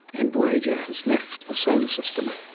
and voyager has left the solar system.